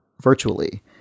virtually